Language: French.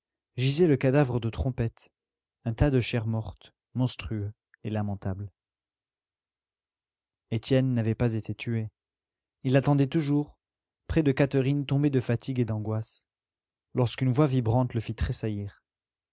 gisait le cadavre de trompette un tas de chair morte monstrueux et lamentable étienne n'avait pas été tué il attendait toujours près de catherine tombée de fatigue et d'angoisse lorsqu'une voix vibrante le fit tressaillir